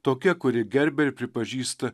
tokia kuri gerbia ir pripažįsta